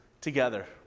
together